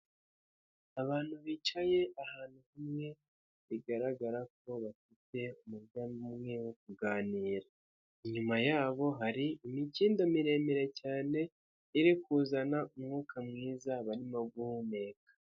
Abantu bicaye ahantu hamwe bigaragara ko bafite umugambi umwe wo kuganira, inyuma yabo hari imikindo miremire cyane, iri kuzana umwuka mwiza barimo guhumeka.